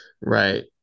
right